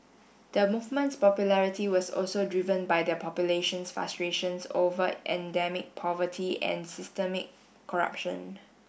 the movement's popularity was also driven by the population's frustrations over endemic poverty and systemic corruption